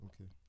okay